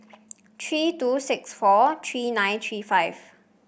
three two six four three nine three five